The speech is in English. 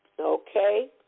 Okay